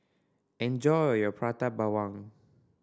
enjoy your Prata Bawang